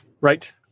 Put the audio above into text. Right